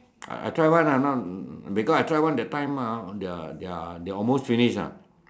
I try one because I try one that time ya they almost finish